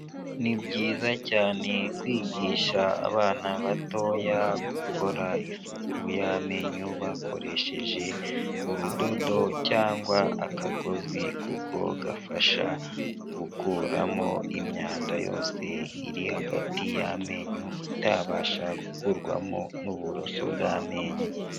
Ni byiza cyane kwigisha abana batoya gukora isuku y'amenyo bakoresheje urudodo, cyangwa akagozi, kuko gafasha gukuramo imyanda yose iri hagati y'amenyo, itabasha gukurwamo n'uburoso bw'amenyo.